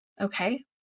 Okay